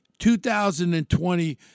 2020